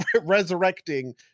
resurrecting